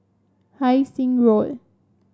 Hai Sing Road